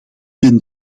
ben